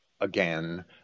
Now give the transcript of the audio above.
again